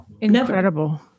Incredible